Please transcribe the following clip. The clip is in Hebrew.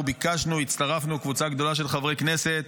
אנחנו ביקשנו, הצטרפנו, קבוצה גדולה של חברי כנסת,